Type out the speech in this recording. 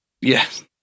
Yes